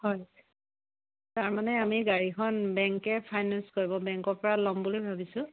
হয় তাৰমানে আমি গাড়ীখন বেংকে ফাইনেন্স কৰিব বেংকৰ পৰা ল'ম বুলি ভাবিছোঁ